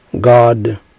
God